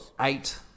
Eight